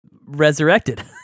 resurrected